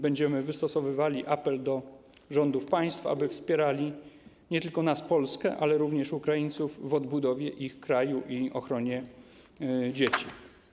Będziemy wystosowywali apel do rządów państw, aby wspierali nie tylko nas, Polskę, ale również Ukraińców w odbudowie ich kraju i ochronie dzieci.